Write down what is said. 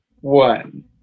one